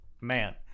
Man